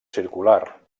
circular